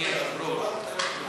אדוני היושב-ראש,